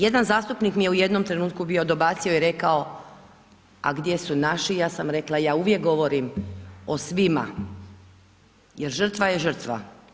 Jedan zastupnik mi je u jednom trenutku bio dobacio i rekao a gdje su naši, ja sam rekla ja uvijek govorim o svima, jer žrtva je žrtva.